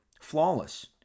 flawless